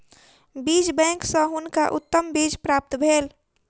बीज बैंक सॅ हुनका उत्तम बीज प्राप्त भेल